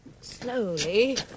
Slowly